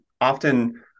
Often